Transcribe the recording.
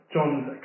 John's